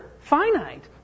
finite